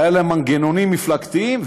והיו להם מנגנונים מפלגתיים,